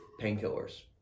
painkillers